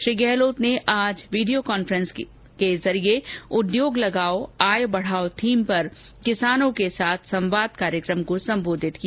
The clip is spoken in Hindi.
श्री गहलोत ने आज वीडियो कॉन्फ्रेंस के जरिये उद्योग लगाओ आय बढाओ थीम पर कृषकों के साथ संवाद कार्यक्रम को संबोधित किया